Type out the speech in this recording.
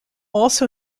also